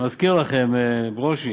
אני מזכיר לכם, ברושי.